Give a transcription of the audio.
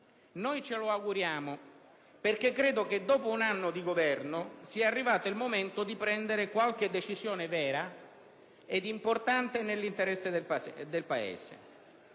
Noi ce l'auguriamo, perché credo che dopo un anno di governo sia arrivato il momento di prendere qualche decisione vera ed importante nell'interesse del Paese.